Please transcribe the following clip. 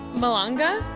malanga.